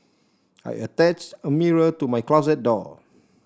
I attached a mirror to my closet door